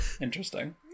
Interesting